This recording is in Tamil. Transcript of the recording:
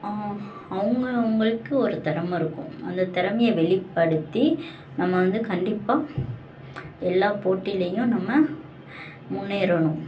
அவங்க அவங்களுக்கு ஒரு திறம இருக்கும் அந்த திறமைய வெளிப்படுத்தி நம்ம வந்து கண்டிப்பாக எல்லா போட்டியிலேயும் நம்ம முன்னேறணும்